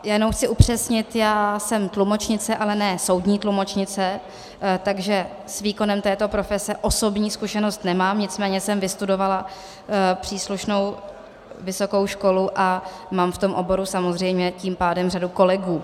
Jenom chci upřesnit já jsem tlumočnice, ale ne soudní tlumočnice, takže s výkonem této profese osobní zkušenost nemám, nicméně jsem vystudovala příslušnou vysokou školu a mám v tom oboru samozřejmě tím pádem řadu kolegů.